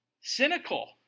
cynical